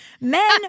Men